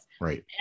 Right